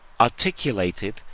articulated